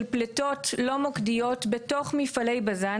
של פליטות לא מוקדיות בתוך מפעלי בזן,